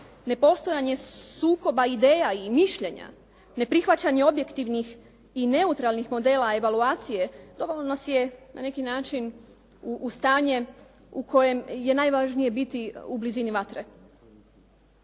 ne postojanje sukoba ideja i mišljenja, neprihvaćanje objektivnih i neutralnih modela evaluacije dovelo nas je na neki način u stanje u kojem je najvažnije biti u blizini vatre.